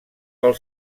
pel